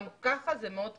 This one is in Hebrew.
גם כך זה מאוד קשה.